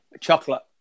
Chocolate